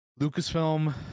Lucasfilm